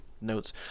notes